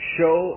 show